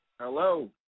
Hello